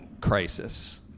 crisis